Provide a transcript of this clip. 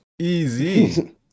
Easy